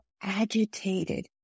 agitated